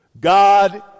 God